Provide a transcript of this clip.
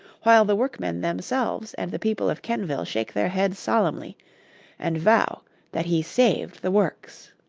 while the workmen themselves and the people of kenvil shake their heads solemnly and vow that he saved the works.